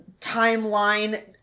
timeline